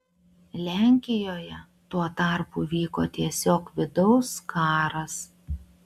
lenkijoje tuo tarpu vyko tiesiog vidaus karas